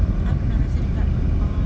I pernah rasa dekat oh